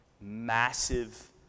massive